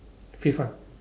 okay fine